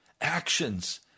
actions